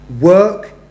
Work